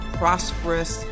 prosperous